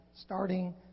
starting